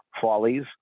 Follies